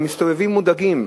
הם מסתובבים מודאגים.